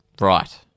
Right